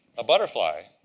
a butterfly.